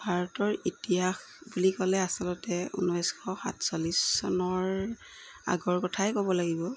ভাৰতৰ ইতিহাস বুলি ক'লে আচলতে ঊনৈছশ সাতচল্লিছ চনৰ আগৰ কথাই ক'ব লাগিব